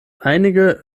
einige